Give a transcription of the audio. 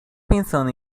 pensando